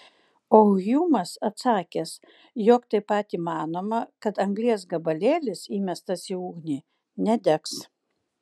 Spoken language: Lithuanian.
o hjumas atsakęs jog taip pat įmanoma kad anglies gabalėlis įmestas į ugnį nedegs